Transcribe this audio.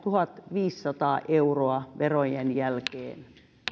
tuhatviisisataa euroa verojen jälkeen